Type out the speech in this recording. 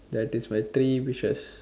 that is my three wishes